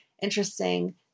interesting